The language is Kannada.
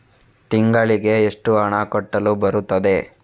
ತಿಂಗಳಿಗೆ ಎಷ್ಟು ಹಣ ಕಟ್ಟಲು ಬರುತ್ತದೆ?